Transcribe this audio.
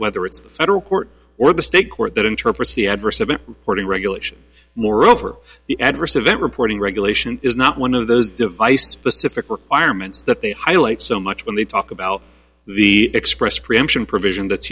whether it's federal court or the state court that interprets the adverse event porting regulation moreover the adverse event reporting regulation is not one of those device specific requirements that they highlight so much when they talk about the express preemption provision that's